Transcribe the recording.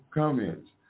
comments